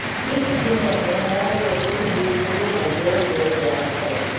किस्त किनेए में मोल के कुछ हिस शुरू में दे देल जाइ छइ